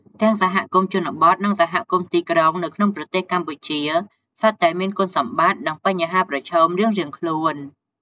ទាំងសហគមន៍ជនបទ និងសហគមន៍ទីក្រុងនៅក្នុងប្រទេសកម្ពុជាសុទ្ធតែមានគុណសម្បត្តិ និងបញ្ហាប្រឈមរៀងៗខ្លួន។